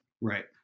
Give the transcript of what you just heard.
Right